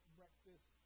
breakfast